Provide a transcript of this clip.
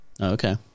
Okay